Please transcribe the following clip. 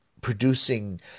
producing